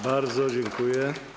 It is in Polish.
Bardzo dziękuję.